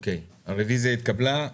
הרביזיה נתקבלה הרביזיה נתקבלה.